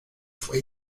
fue